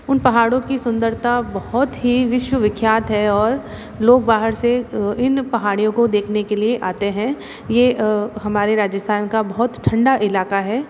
उन पहाड़ों की सुंदरता बहुत ही विश्वविख्यात है और लोग बाहर से इन पहाड़ियों को देखने के लिए आते हैं ये हमारे राजस्थान का बहुत ठंडा इलाक़ा है